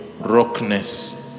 rockness